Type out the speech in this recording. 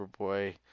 Superboy